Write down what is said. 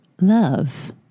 love